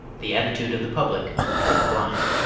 the attitude of the public toward the blind